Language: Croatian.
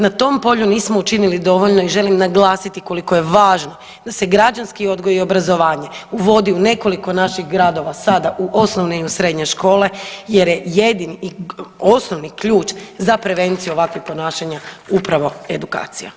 Na tom polju nismo učinili dovoljno i želim naglasiti koliko je važno da se građanski odgoj i obrazovanje uvodi u nekoliko naših gradova sada u osnovne i u srednje škole jer je jedini i osnovni ključ za prevenciju ovakvih ponašanja upravo edukacija.